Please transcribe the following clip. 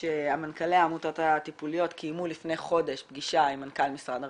שמנכ"לי העמותות הטיפוליות קיימו לפני חודש פגישה עם מנכ"ל משרד הרווחה.